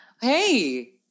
Hey